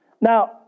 Now